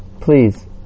please